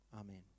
Amen